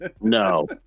no